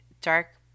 dark